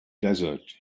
desert